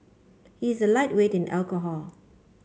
he is a lightweight in alcohol